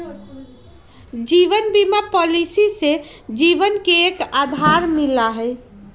जीवन बीमा पॉलिसी से जीवन के एक आधार मिला हई